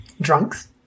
Drunks